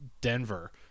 Denver